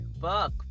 Fuck